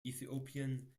ethiopian